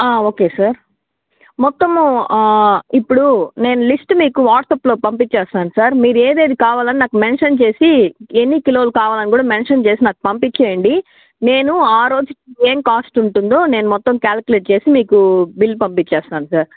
okay sir మొత్తము ఇప్పుడు నేను లిస్ట్ మీకు వాట్సాప్లో పంపించేస్తాను సార్ మీరు ఏది ఏది కావాలి నాకు మెన్షన్ చేసి ఎన్ని కిలోలు కావాలి అని కూడా మెన్షన్ చేసి నాకు పంపించేయండి నేను ఆ రోజు ఏం కాస్ట్ ఉంటుందో నేను మొత్తము క్యాల్కులేట్ చేసి మీకు బిల్ పంపించేస్తాను సార్